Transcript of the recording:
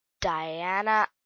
Diana